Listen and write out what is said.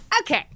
Okay